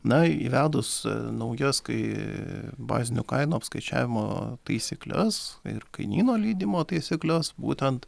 na įvedus naujas kai bazinių kainų apskaičiavimo taisykles ir kainyno leidimo taisykles būtent